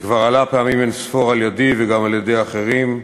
וכבר עלה פעמים אין-ספור על ידִי וגם על-ידֵי אחרים,